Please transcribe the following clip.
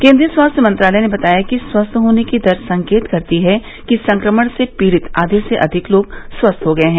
केन्द्रीय स्वास्थ्य मंत्रालय ने बताया कि स्वस्थ होने की दर संकेत करती है कि संक्रमण से पीड़ित आधे से अधिक लोग स्वस्थ हो गए हैं